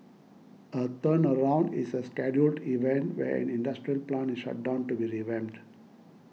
a turnaround is a scheduled event where an industrial plant is shut down to be revamped